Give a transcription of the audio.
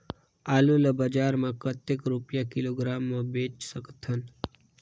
आलू ला बजार मां कतेक रुपिया किलोग्राम म बेच सकथन?